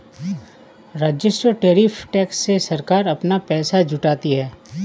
राजस्व tariff tax से सरकार अपना पैसा जुटाती है